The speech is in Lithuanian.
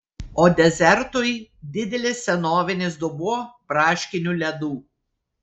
o desertui didelis senovinis dubuo braškinių ledų